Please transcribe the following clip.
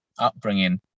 upbringing